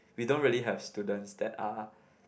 we don't have student that are